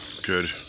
Good